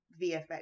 VFX